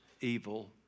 evil